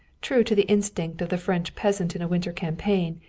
true to the instinct of the french peasant in a winter campaign,